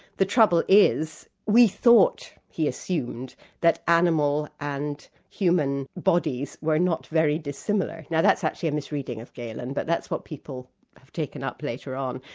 the trouble is, we thought he assumed that animal and human bodies were not very dissimilar. now that's actually a mis-reading of galen, but that's what people have taken up later on.